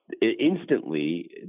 Instantly